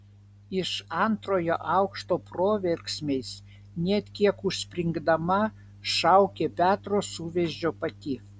iš antrojo aukšto proverksmiais net kiek užspringdama šaukė petro suveizdžio pati